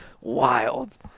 Wild